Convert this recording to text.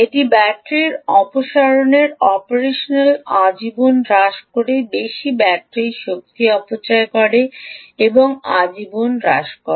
এটি ব্যাটারি অপসারণের অপারেশনাল আজীবন হ্রাস করে বেশি ব্যাটারি শক্তি অপচয় করে এবং আজীবন হ্রাস করে